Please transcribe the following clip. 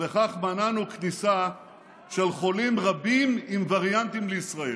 ובכך מנענו כניסה של חולים רבים עם וריאנטים לישראלים.